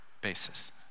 basis